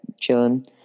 chilling